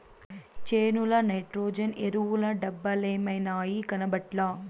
చేనుల నైట్రోజన్ ఎరువుల డబ్బలేమైనాయి, కనబట్లా